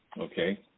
okay